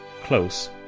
close